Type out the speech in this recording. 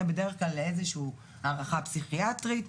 בדרך כלל לאיזושהי הערכה פסיכיאטרית.